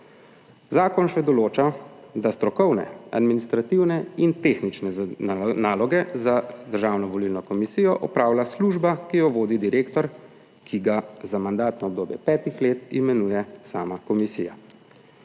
Zakon še določa, da strokovne, administrativne in tehnične naloge za Državno volilno komisijo opravlja služba, ki jo vodi direktor, ki ga za mandatno obdobje 5 let imenuje sama komisija.